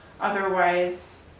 otherwise